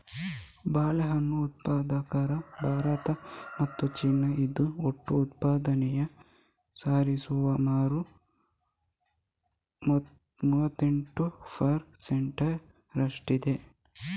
ಬಾಳೆಹಣ್ಣು ಉತ್ಪಾದಕರು ಭಾರತ ಮತ್ತು ಚೀನಾ, ಇದು ಒಟ್ಟು ಉತ್ಪಾದನೆಯ ಸರಿಸುಮಾರು ಮೂವತ್ತೆಂಟು ಪರ್ ಸೆಂಟ್ ರಷ್ಟಿದೆ